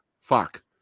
Fuck